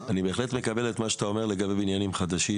בהחלט מקבל את מה שאתה אומר לגבי בניינים חדשים.